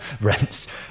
rents